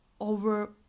over